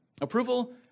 approval